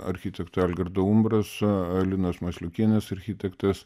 architekto algirdo umbraso alinos masliukienės architektės